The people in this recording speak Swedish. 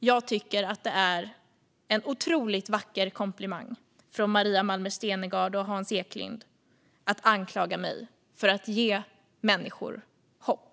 Jag tycket att det är en otroligt vacker komplimang från Maria Malmer Stenergard och Hans Eklind att de anklagar mig för att ge människor hopp.